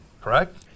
correct